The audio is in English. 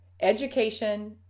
education